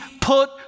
put